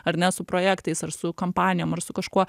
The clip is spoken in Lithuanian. ar ne su projektais ar su kompanijom ar su kažkuo